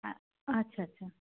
আচ্ছা আচ্ছা